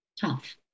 tough